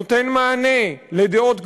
נותן מענה לדעות קדומות,